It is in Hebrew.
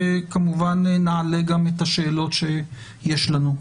כמובן נעלה גם את השאלות שיש לנו.